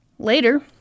Later